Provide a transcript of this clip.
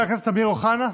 חבר הכנסת אמיר אוחנה,